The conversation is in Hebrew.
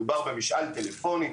מדובר במשאל טלפוני,